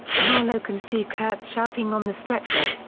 marlow can see kurtz shouting on the stretcher.